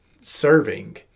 Serving